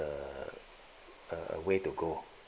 uh way to go